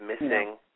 missing